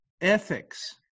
Ethics